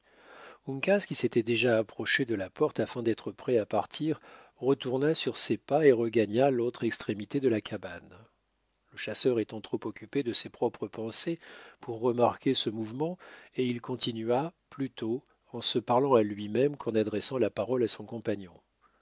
qui s'était déjà approché de la porte afin d'être prêt à partir retourna sur ses pas et regagna l'autre extrémité de la cabane le chasseur était trop occupé de ses propres pensées pour remarquer ce mouvement et il continua plutôt en se parlant à lui-même qu'en adressant la parole à son compagnon